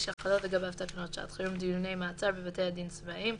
שחלות לגביו תקנות שעת חירום (דיוני מעצר בבתי הדין הצבאיים),